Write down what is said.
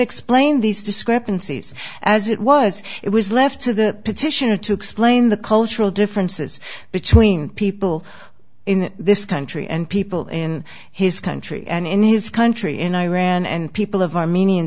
explained these discrepancies as it was it was left to the petitioner to explain the cultural differences between people in this country and people in his country and in his country in iran and people of armenian